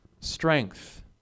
Strength